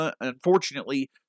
unfortunately